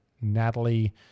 natalie